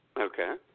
Okay